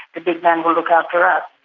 the big man will look after ah